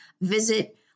Visit